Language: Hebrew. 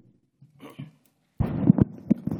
הכאוס הזה,